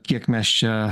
kiek mes čia